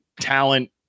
talent